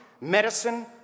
medicine